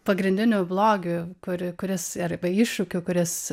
pagrindiniu blogiu kuri kuris arba iššūkiu kuris